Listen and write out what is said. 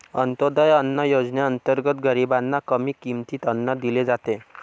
अंत्योदय अन्न योजनेअंतर्गत गरीबांना कमी किमतीत अन्न दिले जाते